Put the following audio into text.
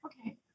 Okay